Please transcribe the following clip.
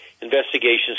investigations